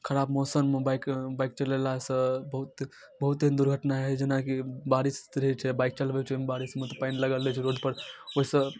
खराब मौसममे bike bike चलेलासँ बहुत बहुत्ते दुर्घटना हइ छै जेनाकि बारिस रहै छै बाइक चलबै छियै बारिसमे तऽ पानि लगल रहै छै रोडपर ओइसँ